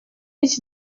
iki